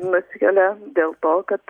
nusikelia dėl to kad